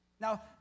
Now